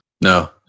No